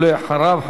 ואחריו,